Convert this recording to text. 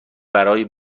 برای